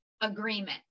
agreement